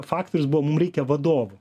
faktorius buvo mum reikia vadovų